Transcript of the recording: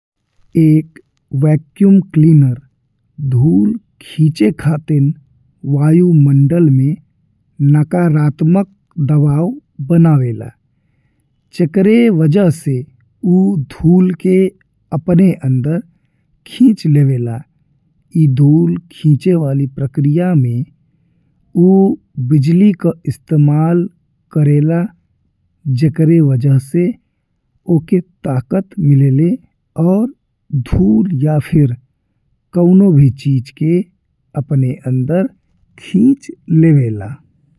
एक vacuum cleaner धूल खींचे खातिर वायुमंडल में नकारात्मक दबाव बनावेला। जेकर वजह से ऊ धूल के अपने अंदर खींच लेवेला, ई धूल खींचे वाली प्रक्रिया में ऊ बिजली का इस्तेमाल करेला। जेकर वजह से वो के ताकत मिलेले और धूल या फिर कउनो भी चीज के अपने अंदर खींच लेवेला।